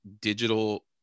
digital